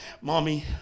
Mommy